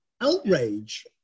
outrage